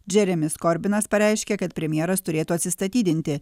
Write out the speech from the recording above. džeremis korbinas pareiškė kad premjeras turėtų atsistatydinti